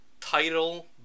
title